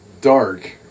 dark